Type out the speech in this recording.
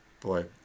boy